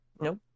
Nope